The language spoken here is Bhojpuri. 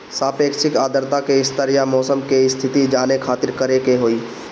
सापेक्षिक आद्रता के स्तर या मौसम के स्थिति जाने खातिर करे के होई?